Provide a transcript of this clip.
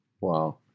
wow